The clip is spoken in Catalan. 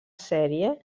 sèrie